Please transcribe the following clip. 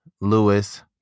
Lewis